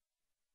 העם.